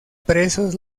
presos